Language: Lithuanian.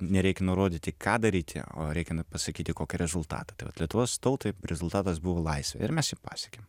nereikia nurodyti ką daryti o reikia pasakyti kokį rezultatą tai vat lietuvos tautai rezultatas buvo laisvė ir mes jo pasiekėm